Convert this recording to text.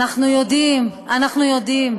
אנחנו יודעים.